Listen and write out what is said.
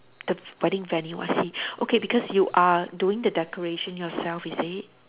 the wedding venue I see okay because you are doing the decoration yourself is it